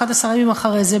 11 ימים אחרי זה,